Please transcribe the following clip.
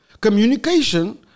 Communication